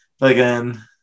Again